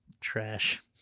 Trash